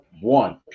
One